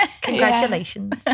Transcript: congratulations